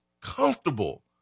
comfortable